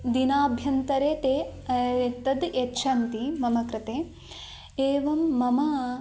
दिनाभ्यन्तरे ते तद् यच्छन्ति मम कृते एवं मम